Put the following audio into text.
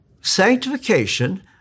Sanctification